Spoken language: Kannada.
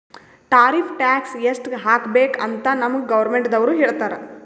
ಟಾರಿಫ್ ಟ್ಯಾಕ್ಸ್ ಎಸ್ಟ್ ಹಾಕಬೇಕ್ ಅಂತ್ ನಮ್ಗ್ ಗೌರ್ಮೆಂಟದವ್ರು ಹೇಳ್ತರ್